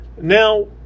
Now